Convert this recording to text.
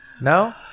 No